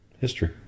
history